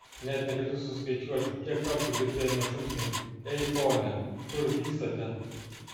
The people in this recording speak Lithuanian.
net negaliu suskaičiuoti kiek kartų girdėjome šūksnį ei pone kur vykstate